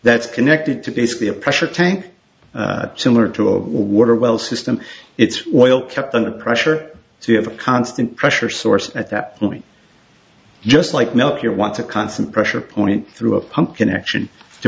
that's connected to basically a pressure tank similar to a water well system its oil kept under pressure so you have a constant pressure source at that just like milk you want a constant pressure point through a pump connection to